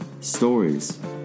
stories